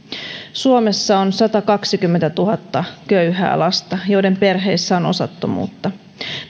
suomessa on satakaksikymmentätuhatta köyhää lasta joiden perheissä on osattomuutta